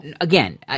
Again